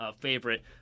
favorite